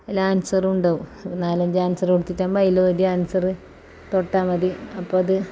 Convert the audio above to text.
അതിൽ ആൻസാറുണ്ടാവും നാലഞ്ച് ആൻസർ കൊടുത്തിട്ടാകുമ്പം അതിൽ ഒരു ആൻസറ് തൊട്ടാൽ മതി അപ്പോൾ അത്